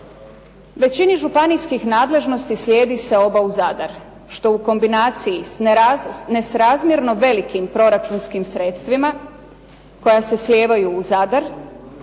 Većini županijskih nadležnosti slijedi seoba u Zadar što u kombinaciji s nesrazmjerno velikim proračunskim sredstvima koja se slijevaju u Zadar,